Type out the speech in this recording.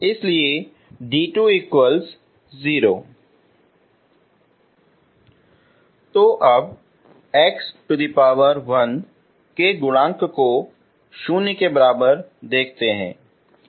इसलिए d20 तो अब x1 के गुणांक को 0 के बराबर देखें